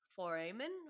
foramen